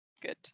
Good